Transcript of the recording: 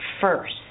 first